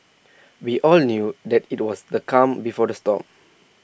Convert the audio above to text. we all knew that IT was the calm before the storm